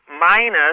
minus